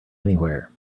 anywhere